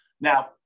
Now